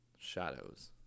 Shadows